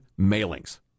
mailings